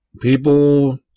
people